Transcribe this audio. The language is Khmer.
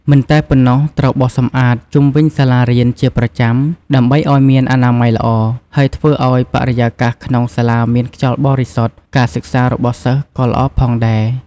មិនតែប៉ុណ្ណោះត្រូវបោសសម្អាតជុំវិញសាលារៀនជាប្រចាំដើម្បីឲ្យមានអនាម័យល្អហើយធ្វើឲ្យបរិយាកាសក្នុងសាលាមានខ្យល់បរិសុទ្ធ ការសិក្សារបស់សិស្សក៏ល្អផងដែរ។